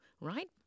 right